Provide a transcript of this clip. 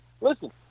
Listen